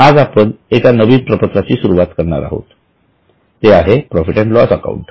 आज आपण एका नवीन प्रपत्राची सुरुवात करणार आहोत ते आहे प्रॉफिट अँड लॉस अकाउंट